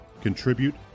Contribute